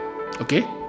Okay